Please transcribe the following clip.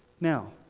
Now